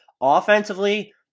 Offensively